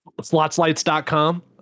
Slotslights.com